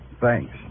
Thanks